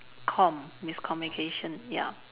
comm~ miscommunication ya